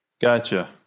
Gotcha